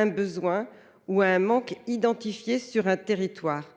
un besoin ou un manque identifié sur un territoire.